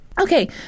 Okay